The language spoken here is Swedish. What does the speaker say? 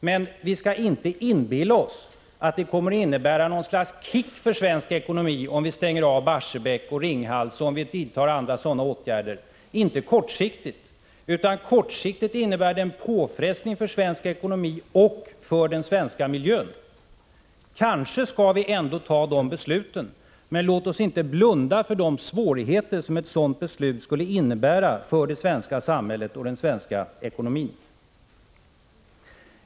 Men vi skall inte inbilla oss att det kommer att innebära något slags kick för svensk ekonomi om vi stänger av Barsebäck och Ringhals och om vi vidtar andra sådana åtgärder. Kortsiktigt kommer det att innebära en påfrestning för svensk ekonomi och för den svenska miljön. Kanske skall vi ändå besluta oss för att göra detta, men låt oss inte blunda för de svårigheter ett sådant beslut skulle innebära för det svenska samhället och den svenska ekonomin.